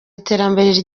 iterambere